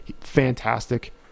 Fantastic